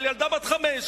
ילדה בת חמש,